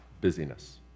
busyness